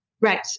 Right